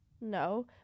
No